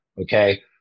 Okay